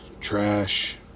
trash